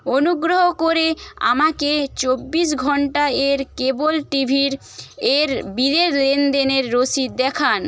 অনুগ্রহ করে আমাকে চব্বিশ ঘন্টায়ের কেবল টিভির এর বিলের লেনদেনের রসিদ দেখান